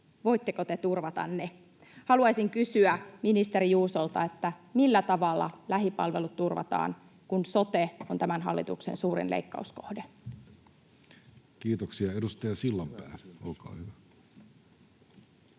voitteko te turvata ne? Haluaisin kysyä ministeri Juusolta: Millä tavalla lähipalvelut turvataan, kun sote on tämän hallituksen suurin leikkauskohde? Kiitoksia. — Edustaja Sillanpää, olkaa hyvä.